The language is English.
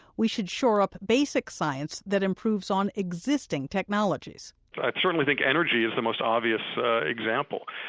we should shore up basic science that improves on existing technologies i certainly think energy is the most obvious example.